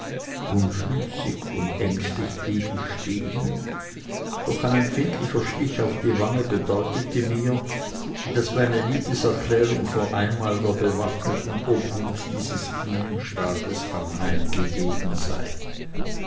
unschlüssig und ängstlich blieb ich stehen doch ein empfindlicher stich auf die wange bedeutete mir daß meine liebeserklärung für einmal der bewaffneten obhut dieses bienenstaates anheimgegeben sei